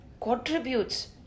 contributes